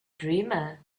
dreamer